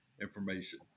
information